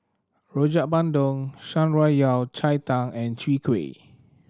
Rojak Bandung Shan Rui Yao Cai Tang and Chwee Kueh